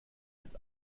als